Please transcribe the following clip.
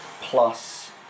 plus